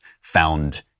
found